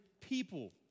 people